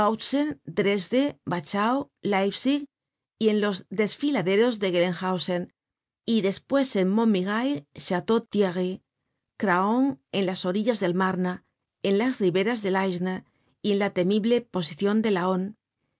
dresde wachau leipzig y en los desfiladeros de gelenhausen y despues en montmirail chateautierry craon en las orillas del mame en las riberas del aisne y en la temible posicion de laon